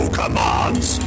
commands